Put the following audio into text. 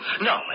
No